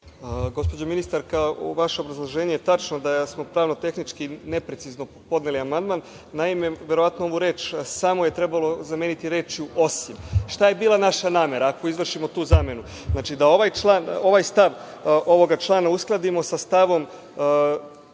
Gospođo ministarka, vaše obrazloženje je tačno da smo tehnički neprecizno podneli amandman. Naime, verovatno ovu reč „samo“ je trebalo zameniti rečju „osim“.Šta je bila naša namera, ako izvršimo tu zamenu. Da ovaj stav ovoga člana uskladimo sa stavom